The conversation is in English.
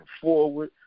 forward